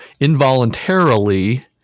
involuntarily